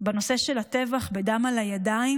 בנושא של הטבח בדם על הידיים,